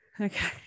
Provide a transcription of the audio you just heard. okay